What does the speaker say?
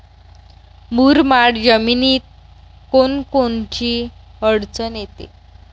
मुरमाड जमीनीत कोनकोनची अडचन येते?